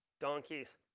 Donkeys